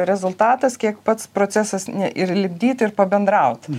rezultatas kiek pats procesas ne ir lipdyt ir pabendraut